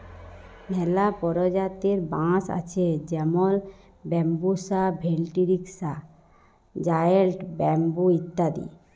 ম্যালা পরজাতির বাঁশ আছে যেমল ব্যাম্বুসা ভেলটিরিকসা, জায়েল্ট ব্যাম্বু ইত্যাদি